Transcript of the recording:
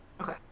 Okay